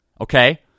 Okay